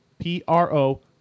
P-R-O